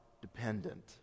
dependent